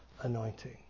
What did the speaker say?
anointing